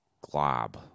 glob